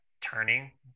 turning